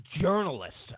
journalists